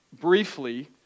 briefly